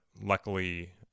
luckily